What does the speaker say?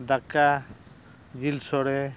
ᱫᱟᱠᱟ ᱡᱤᱞ ᱥᱚᱲᱮ